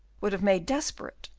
would have made desperate,